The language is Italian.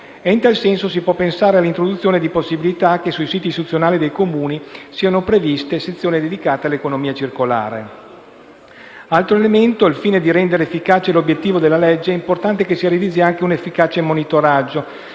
In tal senso si può pensare d'introdurre la possibilità che sui siti istituzionali dei Comuni siano previste sezioni dedicate all'economia circolare. Inoltre, al fine di rendere efficace l'obiettivo della legge, è importante che si realizzi anche un efficace monitoraggio